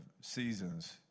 seasons